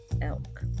elk